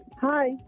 Hi